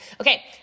Okay